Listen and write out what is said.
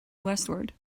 westward